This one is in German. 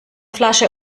flasche